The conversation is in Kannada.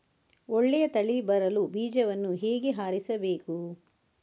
ಒಳ್ಳೆಯ ತಳಿ ಬರಲು ಬೀಜವನ್ನು ಹೇಗೆ ಆರಿಸಬೇಕು?